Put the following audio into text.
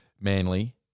Manly